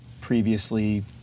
previously